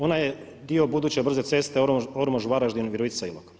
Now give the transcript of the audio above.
Ona je dio buduće brze ceste Ormož-Varaždin-Virovitica-Ilok.